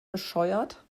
bescheuert